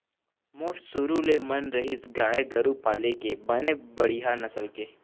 मोर शुरु ले मन रहिस गाय गरु पाले के बने बड़िहा नसल के